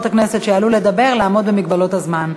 הכנסת שיעלו לדבר לעמוד במגבלות הזמן.